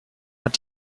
hat